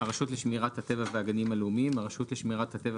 "הרשות לשמירת הטבע והגנים הלאומיים" הרשות לשמירת הטבע